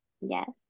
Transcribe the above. yes